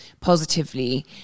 positively